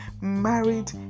married